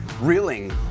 reeling